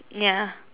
ya